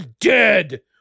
dead